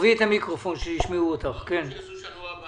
אני